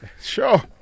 Sure